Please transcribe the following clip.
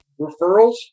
Referrals